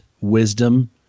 wisdom